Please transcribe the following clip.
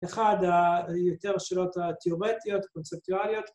‫אחד היותר שירות ‫תיאומטיות, קונספטואליות.